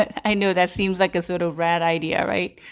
i know that seems like a sort of rad idea, right?